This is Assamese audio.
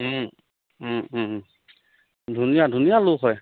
ও ধুনীয়া ধুনীয়া লুক হয়